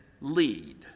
lead